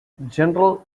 general